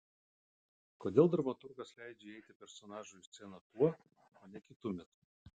kodėl dramaturgas leidžia įeiti personažui į sceną tuo o ne kitu metu